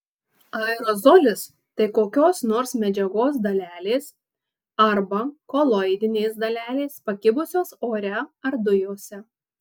aerozolis tai kokios nors medžiagos dalelės arba koloidinės dalelės pakibusios ore ar dujose